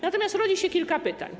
Natomiast rodzi się kilka pytań.